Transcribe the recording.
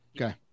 Okay